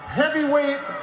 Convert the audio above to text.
heavyweight